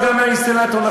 גם האינסטלטור.